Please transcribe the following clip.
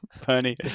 Pony